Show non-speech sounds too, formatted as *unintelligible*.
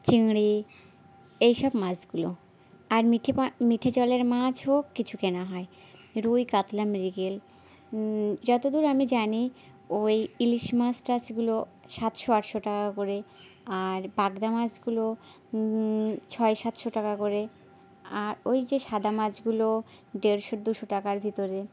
চিংড়ি এই সব মাছগুলো আর মিঠে *unintelligible* মিঠে জলের মাছও কিছু কেনা হয় রুই কাতলা মৃগেল যতদূর আমি জানি ওই ইলিশ মাছ টাছগুলো সাতশো আটশো টাকা করে আর পাবদা মাছগুলো ছয় সাতশো টাকা করে আর ওই যে সাদা মাছগুলো দেড়শো দুশো টাকার ভিতরে